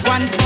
One